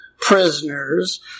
prisoners